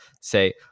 say